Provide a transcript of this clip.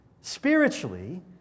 spiritually